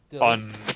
on